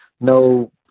no